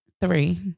three